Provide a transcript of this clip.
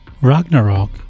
Ragnarok